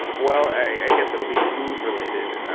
well, i guess it will be food related.